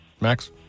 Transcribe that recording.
Max